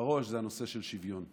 בראש זה הנושא של שוויון.